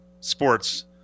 sports